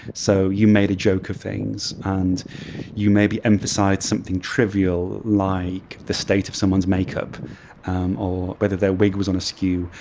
so you made a joke of things and you maybe emphasized something trivial like the state of someone's makeup or whether their wig was on askew,